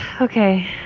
Okay